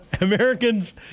Americans